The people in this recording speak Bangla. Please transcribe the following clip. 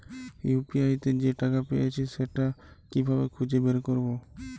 ইউ.পি.আই তে যে টাকা পেয়েছি সেটা কিভাবে খুঁজে বের করবো?